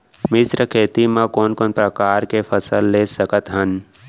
मिश्र खेती मा कोन कोन प्रकार के फसल ले सकत हन?